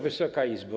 Wysoka Izbo!